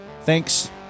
Thanks